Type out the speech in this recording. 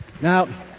Now